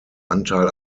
anteil